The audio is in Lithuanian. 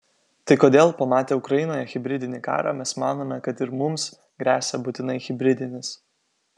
tai kodėl pamatę ukrainoje hibridinį karą mes manome kad ir mums gresia būtinai hibridinis